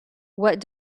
what